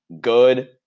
good